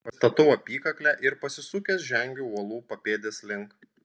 pasistatau apykaklę ir pasisukęs žengiu uolų papėdės link